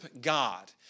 God